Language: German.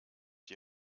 die